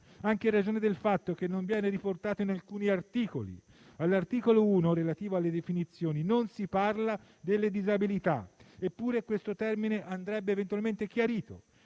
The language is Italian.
anche in ragione del fatto che non viene riportato in alcuni articoli. All'articolo 1, relativo alle definizioni, non si parla delle disabilità; eppure, questo termine andrebbe eventualmente chiarito.